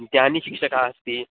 ध्यानशिक्षकः अस्ति